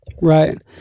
Right